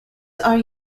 are